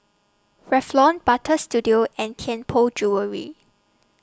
Revlon Butter Studio and Tianpo Jewellery